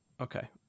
Okay